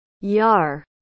Yar